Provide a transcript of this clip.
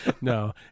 No